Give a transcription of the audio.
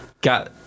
got